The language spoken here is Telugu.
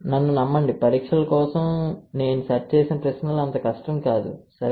నన్ను నమ్మండి పరీక్షలు కోసం నేను సెట్ చేసిన ప్రశ్నలు అంత కష్టం కాదు సరే